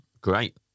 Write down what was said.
Great